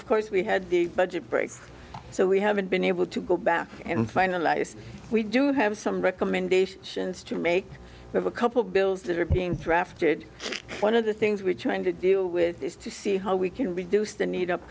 have course we had the budget breaks so we haven't been able to go back and finalize we do have some recommendations to make of a couple of bills that are being through after one of the things we're trying to deal with is to see how we can reduce the need up